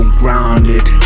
grounded